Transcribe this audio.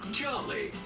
jolly